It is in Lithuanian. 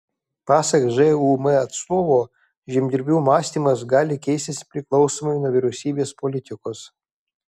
pasak žūm atstovo žemdirbių mąstymas gali keistis priklausomai nuo vyriausybės politikos